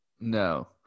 no